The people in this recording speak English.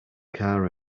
car